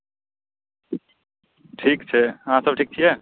ठीक छै अहाँसभ ठीक छियै